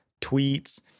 tweets